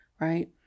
right